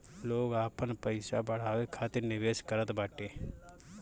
लोग आपन पईसा बढ़ावे खातिर निवेश करत बाटे